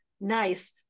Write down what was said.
nice